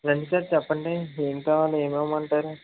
రండి సార్ చెప్పండి ఏమి కావాలి ఏమి ఇవ్వమంటారు